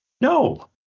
No